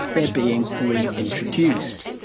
there being reintroduced.